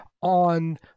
on